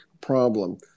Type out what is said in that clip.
problem